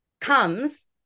comes